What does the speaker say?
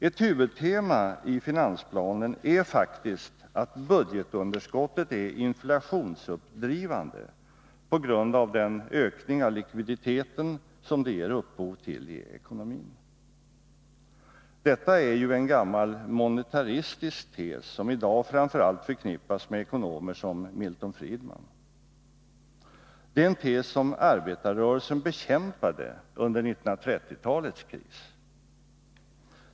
Ett huvudtema i finansplanen är faktiskt att budgetunderskottet är inflationsuppdrivande på grund av den ökning av likviditeten som det ger upphov till i ekonomin. Detta är en gammal monetaristisk tes, som i dag framför allt förknippas med ekonomer som Milton Friedman. Det är en tes som arbetarrörelsen bekämpade under 1930-talets kris.